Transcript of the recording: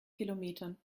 kilometern